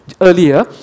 earlier